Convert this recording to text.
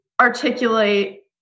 articulate